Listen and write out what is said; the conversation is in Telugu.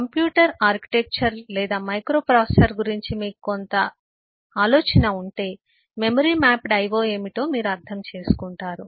కంప్యూటర్ ఆర్కిటెక్చర్ లేదా మైక్రోప్రాసెసర్ గురించి మీకు కొంత ఆలోచన ఉంటే memory mapped I O ఏమిటో అర్థం చేసుకుంటారు